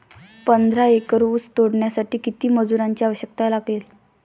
पंधरा एकर ऊस तोडण्यासाठी किती मजुरांची आवश्यकता लागेल?